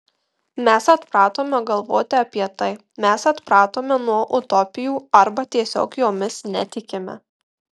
mes atpratome galvoti apie tai mes atpratome nuo utopijų arba tiesiog jomis netikime